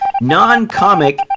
non-comic